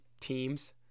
teams